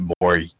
more